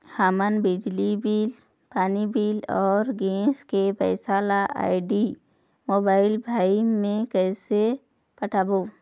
हमर बिजली बिल, पानी बिल, अऊ गैस के पैसा ला आईडी, मोबाइल, भाई मे कइसे पटाबो?